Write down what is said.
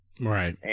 right